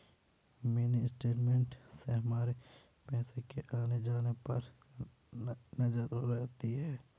mini statement से हमारे पैसो के आने जाने पर नजर रहती है